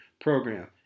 program